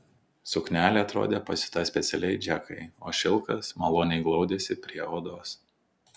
suknelė atrodė pasiūta specialiai džekai o šilkas maloniai glaudėsi prie odos